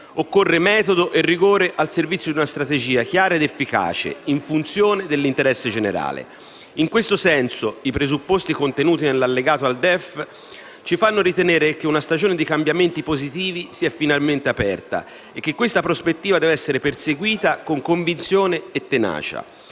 Occorrono metodo e rigore al servizio di una strategia chiara ed efficace, in funzione dell'interesse generale. In questo senso, i presupposti contenuti nell'Allegato al DEF ci fanno ritenere che una stagione di cambiamenti positivi si sia finalmente aperta e che questa prospettiva debba essere perseguita con convinzione e tenacia.